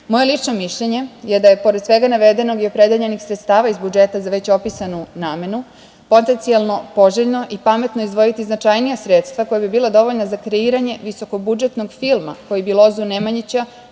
lično mišljenje je da je pored svega navedenog i opredeljenih sredstava iz budžeta za već opisanu namenu, potencijalno poželjno i pametno izdvojiti značajnija sredstva koja bi bila dovoljna za kreiranje visokobudžetnog filma, koji lozu Nemanjića